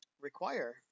require